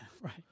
right